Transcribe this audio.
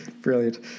Brilliant